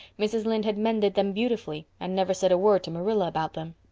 mrs. lynde had mended them beautifully and never said a word to marilla about them.